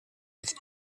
with